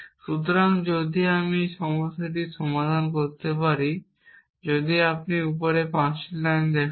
সুতরাং যদি আমি সেই সমস্যাটি সমাধান করতে পারি যদি আপনি উপরের 5টি লাইনটি দেখেন